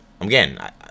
again